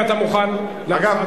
אגב,